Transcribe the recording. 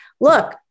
look